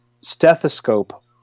stethoscope